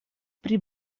pri